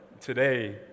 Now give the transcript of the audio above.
today